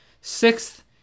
Sixth